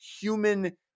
human